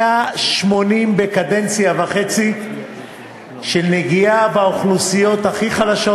180 בקדנציה וחצי של נגיעה באוכלוסיות הכי חלשות,